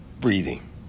Breathing